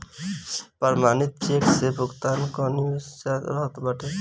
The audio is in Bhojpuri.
प्रमाणित चेक से भुगतान कअ निश्चितता रहत बाटे